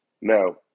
Now